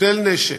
נוטל נשק,